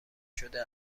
شده